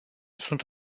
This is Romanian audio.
sunt